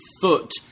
foot